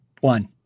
One